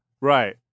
Right